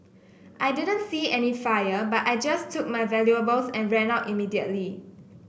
I didn't see any fire but I just took my valuables and ran out immediately